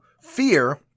fear